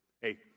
hey